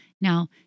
Now